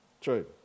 True